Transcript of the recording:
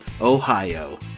Ohio